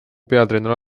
peatreener